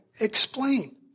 explain